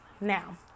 Now